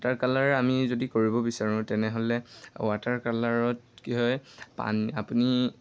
water colour আমি যদি কৰিব বিচাৰোঁ তেনেহ'লে ৱাটাৰ কালাৰত কি হয় পানী আপুনি